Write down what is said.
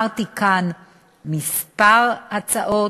הצעתי כאן כמה הצעות,